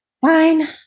fine